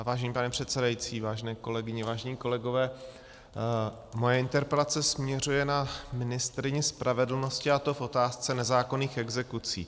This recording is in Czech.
Vážený pane předsedající, vážené kolegyně, vážení kolegové, moje interpelace směřuje na ministryni spravedlnosti, a to v otázce nezákonných exekucí.